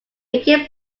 became